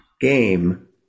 game